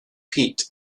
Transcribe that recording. peat